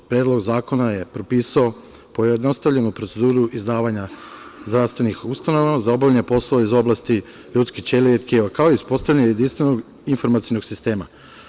Predlog zakona je propisao pojednostavljenu proceduru izdavanja zdravstvenih ustanova za obavljanje poslova iz oblasti ljudske ćelije i tkiva, kao i uspostavljanje jedinstvenog informacionog sistema.